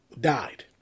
died